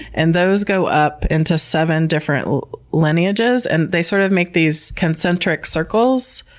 and those go up into seven different lineages and they sort of make these concentric circles.